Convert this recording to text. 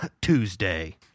Tuesday